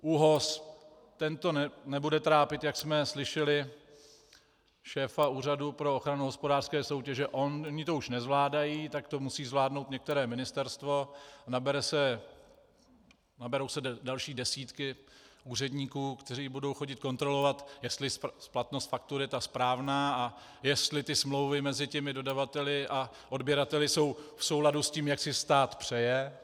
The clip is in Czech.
ÚOHS, ten to nebude trápit, jak jsme slyšeli šéfa Úřadu pro ochranu hospodářské soutěže, oni to už nezvládají, tak to musí zvládnout některé ministerstvo, naberou se další desítky úředníků, kteří budou chodit kontrolovat, jestli splatnost faktury je ta správná a jestli ty smlouvy mezi těmi dodavateli a odběrateli jsou v souladu s tím, jak si stát přeje.